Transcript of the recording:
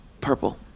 purple